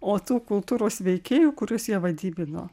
o tų kultūros veikėjų kuriuos jie vadybinio